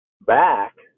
back